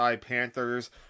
Panthers